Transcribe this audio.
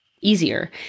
easier